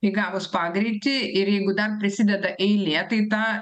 įgavus pagreitį ir jeigu dar prisideda eilė tai ta